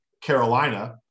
Carolina